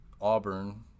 Auburn